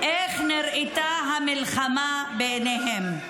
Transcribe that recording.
איך נראתה המלחמה בעיניהם".